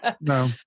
No